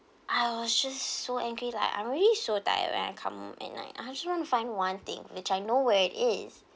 I was just so angry like I'm already so tired when I come home at night I just want to find one thing which I know where it is